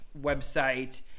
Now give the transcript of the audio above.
website